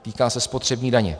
Týká se spotřební daně.